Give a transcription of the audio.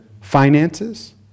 finances